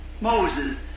Moses